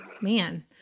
Man